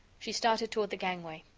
she started toward the gangway.